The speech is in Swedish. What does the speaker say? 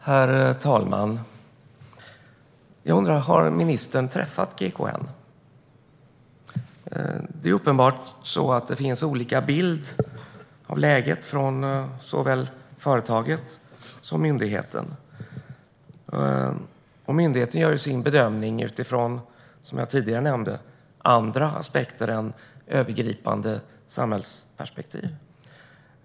Herr talman! Jag undrar om ministern har träffat GKN. Det är uppenbart att det finns olika bilder av läget hos företaget respektive myndigheten. Myndigheten gör, som jag nämnde tidigare, sin bedömning utifrån andra aspekter än övergripande samhällsperspektiv.